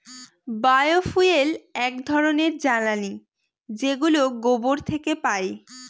বায় fuel এক ধরনের জ্বালানী যেগুলো গোবর থেকে পাই